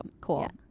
Cool